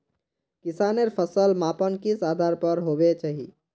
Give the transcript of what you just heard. किसानेर फसल मापन किस आधार पर होबे चही?